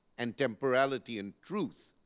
and temporality and truth,